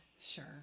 Sure